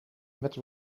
met